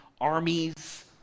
armies